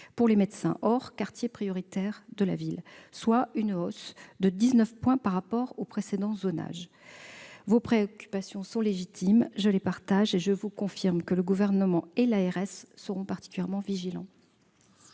des médecins, hors quartiers prioritaires de la politique de la ville, soit une augmentation de dix-neuf points par rapport au précédent zonage. Vos préoccupations sont légitimes. Je les partage et je vous confirme que le Gouvernement et l'ARS seront particulièrement vigilants.